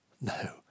No